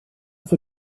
för